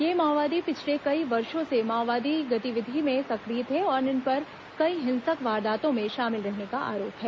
ये माओवादी पिछले कई वर्षों से माओवादी गतिविधि में सक्रिय थे और इन पर कई हिंसक वारादातों में शामिल रहने का आरोप है